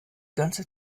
ganze